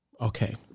Okay